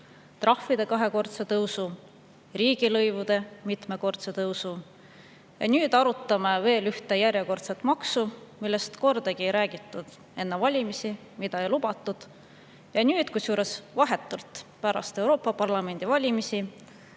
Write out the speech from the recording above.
trahvide kahekordne tõus, riigilõivude mitmekordne tõus. Nüüd arutame veel ühte järjekordset maksu, millest kordagi ei räägitud enne valimisi, mida ei lubatud. Kusjuures vahetult pärast Euroopa Parlamendi valimisi